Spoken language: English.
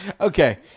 okay